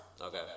Okay